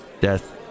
death